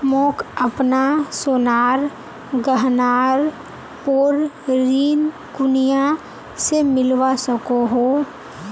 मोक अपना सोनार गहनार पोर ऋण कुनियाँ से मिलवा सको हो?